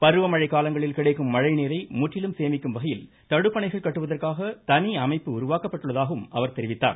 பருவமழை காலங்களில் கிடைக்கும் மழை நீரை முற்றிலும் சேமிக்கும்வகையில் தடுப்பணைகள் கட்டுவதற்காக தனி அமைப்பு உருவாக்கப்பட்டுள்ளதாகவும் அவர் தெரிவித்தார்